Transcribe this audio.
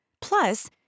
Plus